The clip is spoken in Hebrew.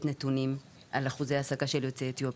נתונים על אחוזי העסקה של יוצאי אתיופיה,